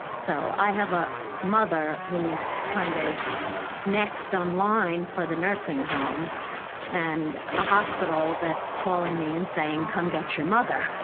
so i have a mother who's kind of next in um line for the nursing home and a hospital that's calling me and saying, come get your mother.